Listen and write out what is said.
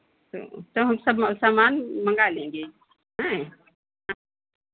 तो हम सब सामान मँगा लेंगे हाँ